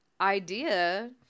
idea